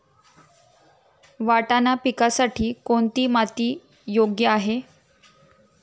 वाटाणा पिकासाठी कोणती माती योग्य आहे?